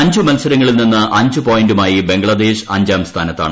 അഞ്ചു മത്സരങ്ങളിൽ നിന്ന് അഞ്ചു പോയിന്റുമായി ബംഗ്ലാദേശ് അഞ്ചാം സ്ഥാനത്താണ്